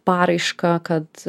paraišką kad